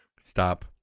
Stop